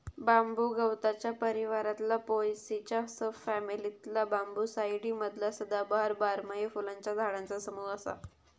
बांबू गवताच्या परिवारातला पोएसीच्या सब फॅमिलीतला बांबूसाईडी मधला सदाबहार, बारमाही फुलांच्या झाडांचा समूह असा